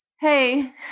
hey